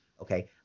okay